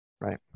Right